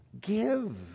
Give